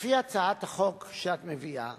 לפי הצעת החוק שאת מביאה